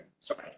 Sorry